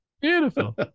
Beautiful